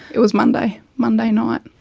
it was monday, monday night.